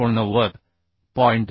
37 2